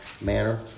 manner